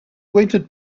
waited